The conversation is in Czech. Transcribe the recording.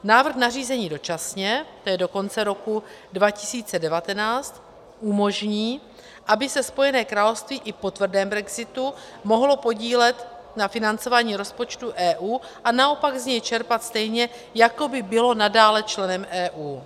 Návrh nařízení dočasně, to je do konce roku 2019, umožní, aby se Spojené království i po tvrdém brexitu mohlo podílet na financování rozpočtu EU a naopak z něj čerpat stejně, jako by bylo nadále členem EU.